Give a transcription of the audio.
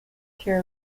care